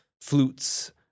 flutes